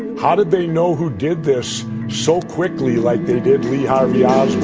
how did they know who did this so quickly like they did lee harvey oswald?